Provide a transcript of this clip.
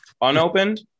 unopened